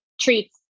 treats